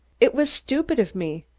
it was stupid of me,